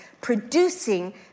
producing